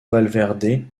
valverde